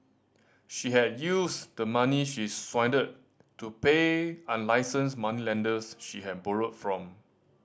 she had used the money she swindled to pay unlicensed moneylenders she had borrowed from